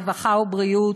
הרווחה והבריאות,